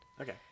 Okay